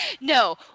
No